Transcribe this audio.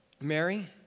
Mary